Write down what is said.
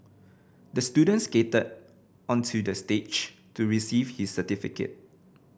the student skated onto the stage to receive his certificate